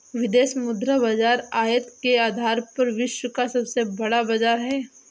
विदेशी मुद्रा बाजार आयतन के आधार पर विश्व का सबसे बड़ा बाज़ार है